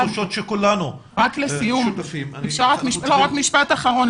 אם אפשר, עוד משפט לסיום.